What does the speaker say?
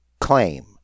claim